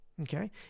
okay